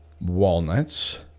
walnuts